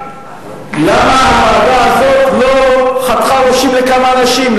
למה הוועדה הזאת לא חתכה ראשים לכמה אנשים,